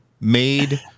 made